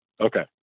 Okay